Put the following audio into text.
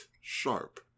sharp